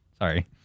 Sorry